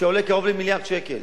שעולה קרוב למיליארד שקל